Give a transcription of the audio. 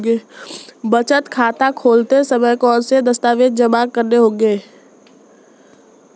बचत खाता खोलते समय कौनसे दस्तावेज़ जमा करने होंगे?